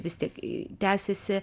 vis tik tęsiasi